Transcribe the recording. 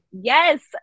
Yes